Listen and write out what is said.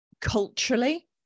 culturally